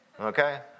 Okay